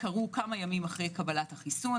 קרו כמה ימים אחרי קבלת החיסון.